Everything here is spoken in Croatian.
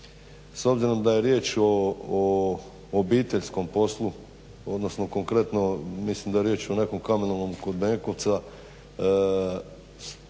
S obzirom da je riječ o obiteljskom poslu, odnosno konkretno mislim da je riječ o nekom kamenolomu kod Metkovca,